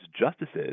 justices